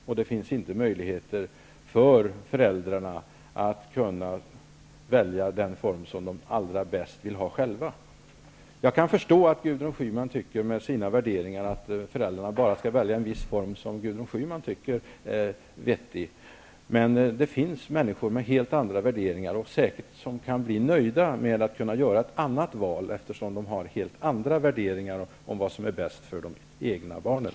Föräldrarna får då inte möjlighet att välja den form som de själva allra helst vill ha. Jag kan förstå att Gudrun Schyman med sina värderingar tycker att föräldrarna bara skall välja en viss form, som Gudrun Schyman tycker är vettig. Men det finns människor med helt andra värderingar som säkert kommer att bli nöjda med att kunna göra ett annat val, eftersom de har helt andra värderingar av vad som är bäst för de egna barnen.